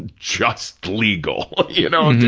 and just legal, you know,